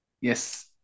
Yes